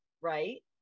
right